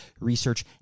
research